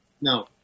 No